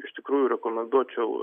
iš tikrųjų rekomenduočiau